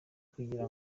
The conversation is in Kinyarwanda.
kugira